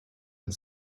and